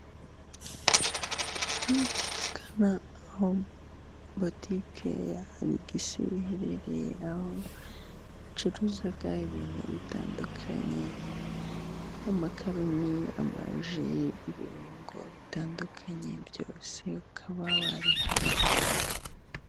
Icyapa kerekana aho botike ya Alegisi iherereye aho acuruza ibintu bitandukanye amakaroni, amaji, ibirungo bitandukanye byose ukaba wabihabariza.